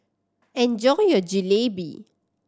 enjoy your Jalebi